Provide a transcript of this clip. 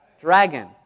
dragon